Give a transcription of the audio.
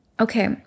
Okay